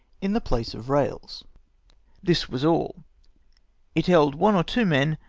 in the place of rails this was all it held one or two men,